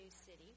city